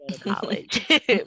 College